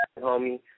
homie